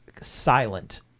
silent